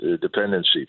dependency